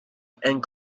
and